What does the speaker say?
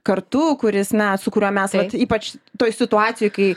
kartu kuris na su kuriuo mes vat ypač toj situacijoj kai